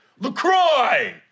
LaCroix